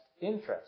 interest